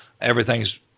Everything's